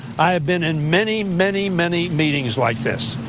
i have been in many, many many meetings like this.